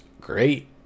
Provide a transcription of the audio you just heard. great